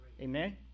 Amen